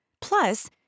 Plus